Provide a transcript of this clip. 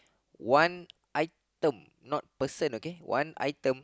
one item not person okay one item